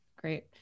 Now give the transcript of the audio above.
great